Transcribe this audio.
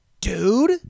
dude